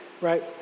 Right